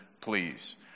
please